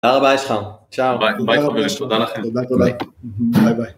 תודה רבה אסכם, צ'או. ביי חברים, תודה לכם. ביי חברים, ביי ביי.